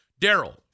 Daryl